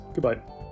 Goodbye